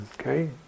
okay